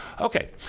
Okay